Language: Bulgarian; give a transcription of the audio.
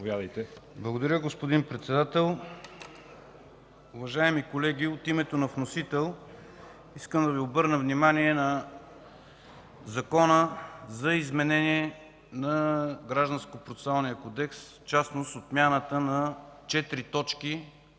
Благодаря, господин Председател. Уважаеми колеги, от името на вносител искам да Ви обърна внимание на Закона за изменение на Гражданския процесуален кодекс, в частност отмяната на четири